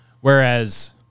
Whereas